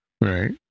Right